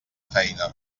feina